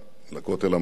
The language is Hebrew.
לכותל המערבי,